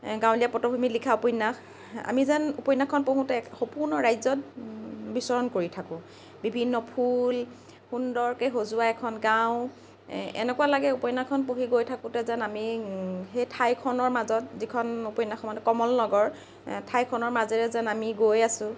গাঁৱলীয়া পটভূমিত লিখা উপন্যাস আমি যেন উপন্যাসখন পঢ়োঁতে এক সপোনৰ ৰাজ্যত বিচৰণ কৰি থাকোঁ বিভিন্ন ফুল সুন্দৰকৈ সজোৱা এখন গাঁও এনেকুৱা লাগে উপন্যাসখন পঢ়ি গৈ থাকোঁতে যেন আমি সেই ঠইখনৰ মাজত যিখন উপন্যাসত মানে কমলনগৰ ঠাইখনৰ মাজেৰে যেন আমি গৈ আছোঁ